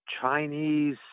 Chinese